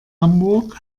hamburg